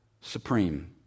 supreme